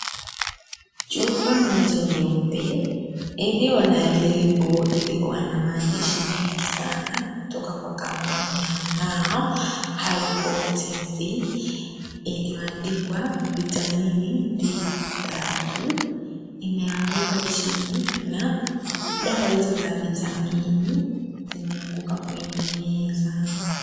Chupa moja nyeupe iliyo na lebo iliyo na maandishi mengi sana kutoka kwa kampuni ya Now high Potency iliyoandikwa Vitamini D tatu imeanguka chini. Na dawa hizo za vitamini zimeanguka kwenye meza.